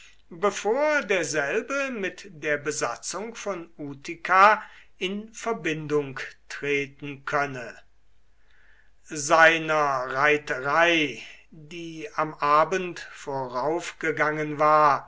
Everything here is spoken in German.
bevor derselbe mit der besatzung von utica in verbindung treten könne seiner reiterei die am abend voraufgegangen war